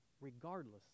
regardless